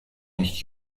nicht